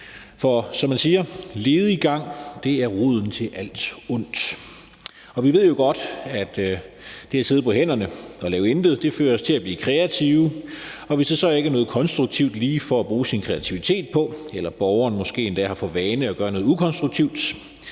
For som man siger: Lediggang er roden til alt ondt. Vi ved jo godt, at det at sidde på hænderne og lave intet fører os til at blive kreative, og når der så hvis der så ikke er noget konstruktivt lige for at bruge sin kreativitet på, eller man måske endda har for vane at gøre noget ukonstruktivt,